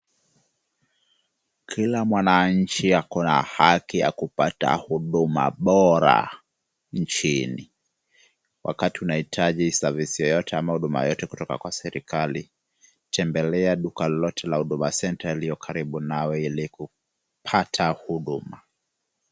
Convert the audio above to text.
Kila mwananchi ako na haki ya kupata huduma bora nchini. Wakati unahitaji service yoyote ama huduma yotote kutoka kwa serikali, tembelea duka lolote la Huduma Centre yaliyo karibu nawe ili kupata huduma.